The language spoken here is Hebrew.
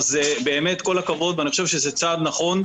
באמת כל הכבוד, ואני חושב שזה צעד נכון.